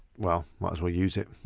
well, might as well use it.